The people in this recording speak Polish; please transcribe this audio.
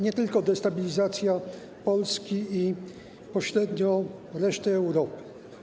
Nie tylko destabilizacja Polski i pośrednio reszty Europy.